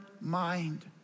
mind